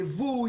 ייבוא,